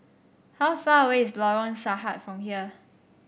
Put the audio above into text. how far away is Lorong Sahad from here